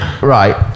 right